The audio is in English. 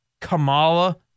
Kamala